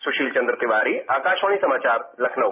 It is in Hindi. सुशील चंद्र तिवारी आकाशवाणी समाचार लखनऊ